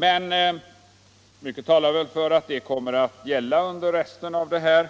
Men mycket talar väl för att nuvarande ordning kommer att gälla under resten av det här